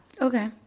Okay